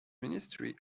ministry